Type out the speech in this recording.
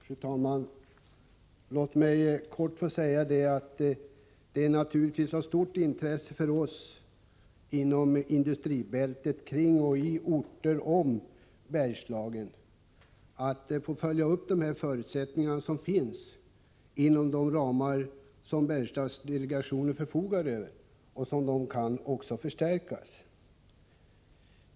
Fru talman! Låt mig kort få säga att det naturligtvis är av stort intresse för oss inom industribältet i och kring Bergslagen att man följer upp verksamheten inom de ramar som Bergslagsdelegationen förfogar över, och att det också kan ske en förstärkning.